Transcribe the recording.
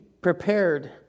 prepared